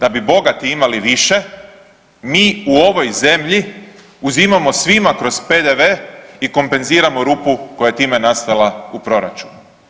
Da bi bogati imali više, mi u ovoj zemlji uzimamo svima kroz PDV i kompenziramo rupu koja je time nastala u proračunu.